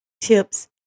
tips